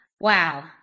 Wow